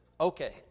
okay